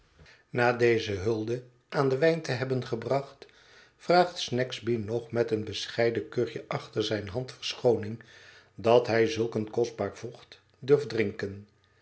na déze hulde aan den wijn te hebben gebracht vraagt snagsby nog met een bescheiden kuchje achter zijne hand verschooning dat hij zulk een kostbaar vocht durft drinken